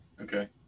Okay